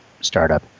startup